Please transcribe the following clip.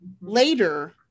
later